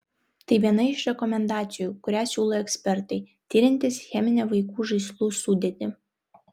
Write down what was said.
tai viena iš rekomendacijų kurią siūlo ekspertai tiriantys cheminę vaikų žaislų sudėtį